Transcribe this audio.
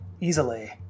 easily